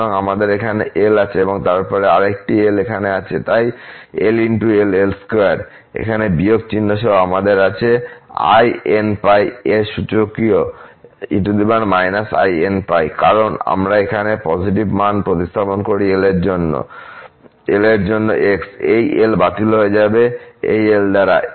সুতরাং আমাদের এখানে l আছে এবং তারপরে আরেকটি l এখানে আছে তাই l×ll2 এখানে বিয়োগ চিহ্ন সহ আমাদের আছে inπ এবং সূচকীয় e−inπ কারণ যখন আমরা পজিটিভ মান প্রতিস্থাপন করি l এর জন্য x এই l বাতিল হয়ে যাবে এই l দ্বারা